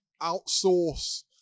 outsource